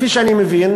כפי שאני מבין,